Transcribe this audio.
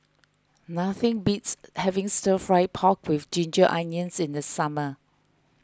nothing beats having Stir Fried Pork with Ginger Onions in the summer